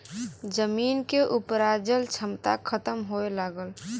जमीन के उपराजल क्षमता खतम होए लगल